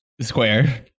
Square